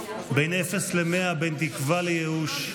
בין אפס למאה, בין תקווה לייאוש,